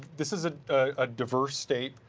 this isn't a diverse state.